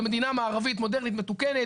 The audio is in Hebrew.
במדינה מערבית מודרנית מתוקנת,